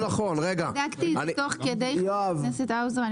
חבר הכנסת האוזר,